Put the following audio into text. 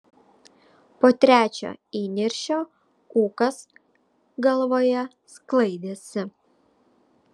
po trečio įniršio ūkas galvoje sklaidėsi